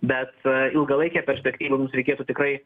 bet ilgalaikėj perspektyvoj mums reikėtų tikrai